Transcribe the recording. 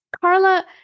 Carla